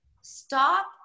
stop